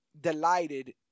delighted